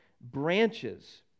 branches